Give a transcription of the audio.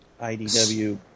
IDW